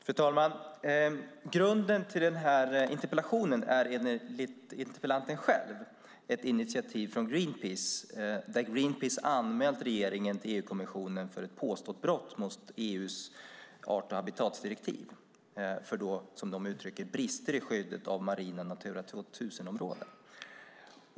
Fru talman! Grunden till denna interpellation är enligt interpellanten själv ett initiativ från Greenpeace. De har anmält regeringen till EU-kommissionen för ett påstått brott mot EU:s art och habitatdirektiv. Det handlar, som de uttrycker det, om brister i skyddet av marina Natura 2000-områden.